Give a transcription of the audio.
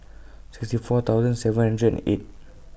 sixty four thousand seven hundred and eight